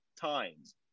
times